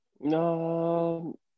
No